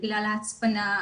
בגלל ההצפנה,